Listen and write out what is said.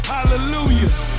Hallelujah